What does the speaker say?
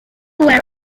wear